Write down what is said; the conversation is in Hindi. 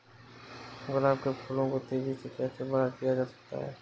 गुलाब के फूलों को तेजी से कैसे बड़ा किया जा सकता है?